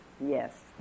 yes